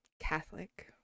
Catholic